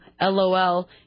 LOL